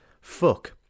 fuck